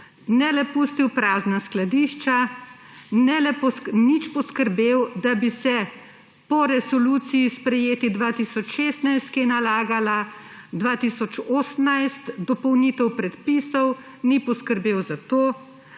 ne le pustil prazna skladišča, po resoluciji, sprejeti 2016, ki je nalagala 2018 dopolnitev predpisov, ni poskrbel za to,